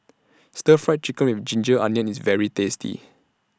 Stir Fry Chicken with Ginger Onions IS very tasty